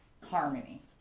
Harmony